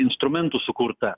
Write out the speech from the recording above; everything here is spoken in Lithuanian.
instrumentų sukurta